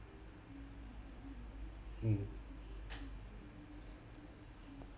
mm